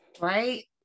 Right